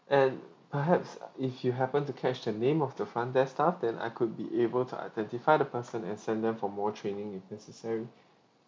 and perhaps if you happened to catch the name of the front desk staff then I could be able to identify the person and send them for more training if necessary